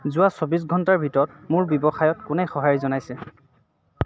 যোৱা চৌব্বিছ ঘণ্টাৰ ভিতৰত মোৰ ব্যৱসায়ত কোনে সঁহাৰি জনাইছে